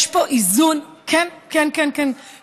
יש פה איזון, כן, כן, כן, כן.